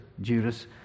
Judas